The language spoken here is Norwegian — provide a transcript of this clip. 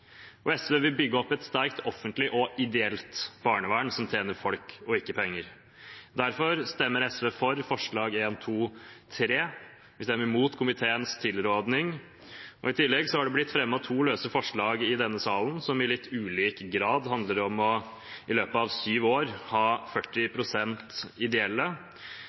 SV vil bygge opp et sterkt offentlig og ideelt barnevern som tjener folk, og ikke penger. Derfor stemmer SV for forslagene nr. 1, 2 og 3. Vi stemmer imot komiteens tilrådning. I tillegg er det blitt fremmet to løse forslag i denne salen, som i litt ulik grad handler om i løpet av 7 år å ha 40 pst. ideelle.